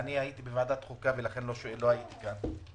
הייתי בוועדת החוקה ולכן לא הייתי כאן,